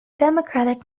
democratic